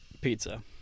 pizza